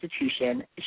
institution